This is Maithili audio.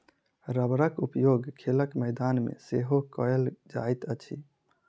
रबड़क उपयोग खेलक मैदान मे सेहो कयल जाइत अछि